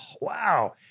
Wow